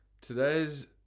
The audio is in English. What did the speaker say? Today's